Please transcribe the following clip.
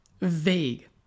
vague